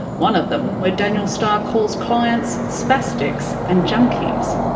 one of them where daniel starr calls clients spastics and junkies.